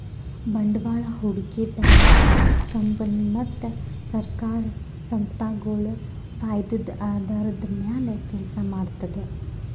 ಬಂಡವಾಳ್ ಹೂಡಿಕೆ bank company ಮತ್ತ್ ಸರ್ಕಾರ್ ಸಂಸ್ಥಾಗೊಳ್ ಫೈದದ್ದ್ ಆಧಾರದ್ದ್ ಮ್ಯಾಲ್ ಕೆಲಸ ಮಾಡ್ತದ್